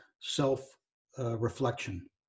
self-reflection